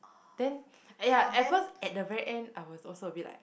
then !aiya! at first at the very end I was also a bit like